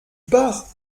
pars